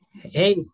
hey